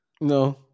No